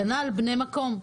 כנ"ל, בני מקום.